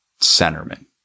centerman